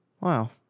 Wow